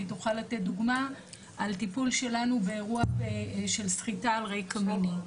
והיא תוכל לתת דוגמא על טיפול שלנו באירוע של סחיטה על רקע מיני.